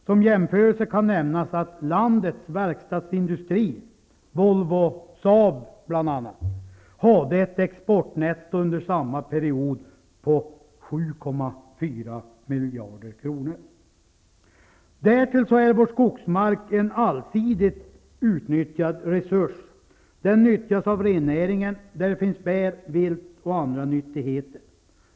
Som jämförelse kan nämnas att landets verkstadsindstri, Volvo och Saab bl.a., hade ett exportnetto under samma period på 7,4 Därtill är vår skogsmark en allsidigt utnyttjad resurs. Den nyttjas av rennäringen, och där finns bär, vilt och andra nyttigheter.